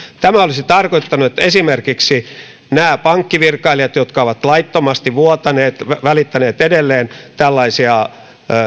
tämä olisi tarkoittanut että esimerkiksi näiltä pankkivirkailijoilta jotka ovat laittomasti vuotaneet välittäneet edelleen tällaisia